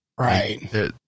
Right